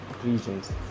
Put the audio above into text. regions